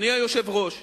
אדוני היושב-ראש,